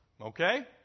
Okay